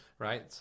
right